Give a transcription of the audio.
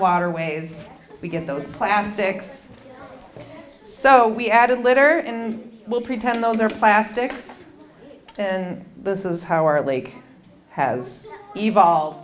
waterways we get those plastics so we added litter and we'll pretend those are plastics and this is how our lake has evolved